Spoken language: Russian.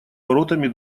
воротами